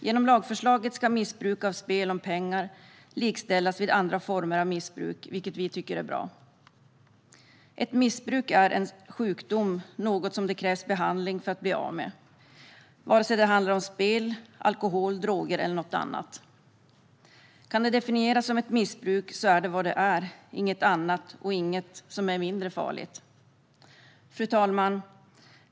Genom lagförslaget ska missbruk av spel om pengar likställas med andra former av missbruk, vilket vi tycker är bra. Ett missbruk är en sjukdom som det krävs behandling för att bli av med, oavsett om det handlar om spel, alkohol, droger eller något annat. Om det kan definieras som ett missbruk är det vad det är, inget annat och inget som är mindre farligt. Fru talman!